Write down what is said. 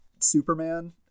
Superman